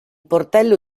portello